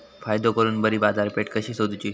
फायदो करून बरी बाजारपेठ कशी सोदुची?